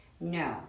no